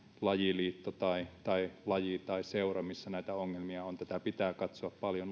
lajiliitto tai tai laji tai seura missä näitä ongelmia on tätä pitää katsoa paljon